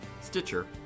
Stitcher